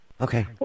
okay